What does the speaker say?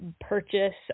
purchase